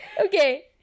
Okay